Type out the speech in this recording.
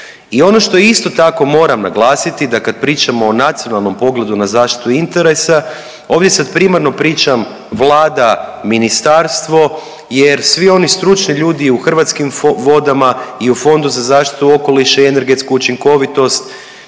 I ono što isto tako moram naglasiti da kad pričamo o nacionalnom pogledu na zaštitu interesa ovdje sad primarno pričam Vlada, ministarstvo jer svi oni stručni ljudi u Hrvatskim vodama i u Fondu za zaštitu okoliša i energetsku učinkovitost